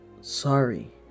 sorry